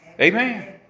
Amen